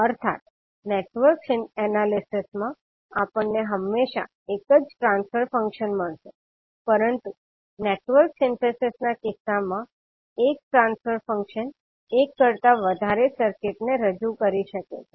અર્થાત network analysis માં આપણને હંમેશાં એક જ ટ્રાન્સફર ફંક્શન મળશે પરંતુ નેટવર્ક સિન્થેસિસ ના કિસ્સામાં એક ટ્રાન્સફર ફંક્શન એક કરતા વધારે સર્કિટને રજુ કરી શકે છે